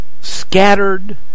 scattered